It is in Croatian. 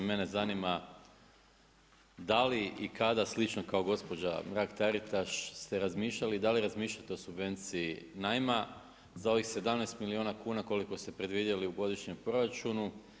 Mene zanima da li i kada slično kao gospođa Mrak-Taritaš ste razmišljali, da li razmišljate o subvenciji najma za ovih 17 milijuna kuna koliko ste predvidjeli u godišnjem proračunu?